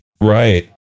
Right